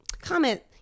comment